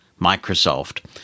Microsoft